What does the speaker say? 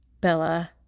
Bella